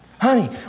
Honey